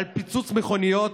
על פיצוץ מכוניות.